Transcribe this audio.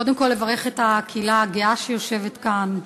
קודם כול, לברך את הקהילה הגאה שיושבת כאן.